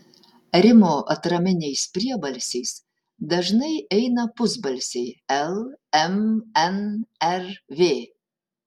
rimo atraminiais priebalsiais dažnai eina pusbalsiai l m n r v